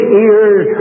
ears